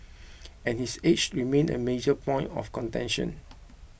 and his age remain a major point of contention